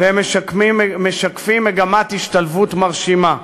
והם משקפים מגמת השתלבות מרשימה,